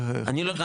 אני כן אומר.